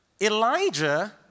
Elijah